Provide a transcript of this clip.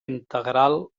integral